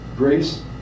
grace